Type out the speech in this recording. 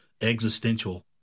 existential